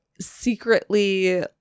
secretly